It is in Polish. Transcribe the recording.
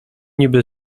niby